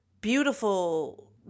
beautiful